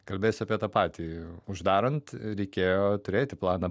kalbėsiu apie tą patį uždarant reikėjo turėti planą